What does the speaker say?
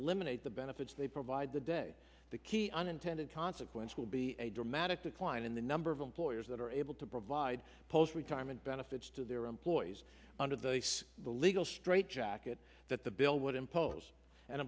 eliminate the benefits they provide the day the key unintended consequence will be a dramatic decline in the number of employers that are able to provide post retirement benefits to their employees under the the legal straitjacket that the bill would impose an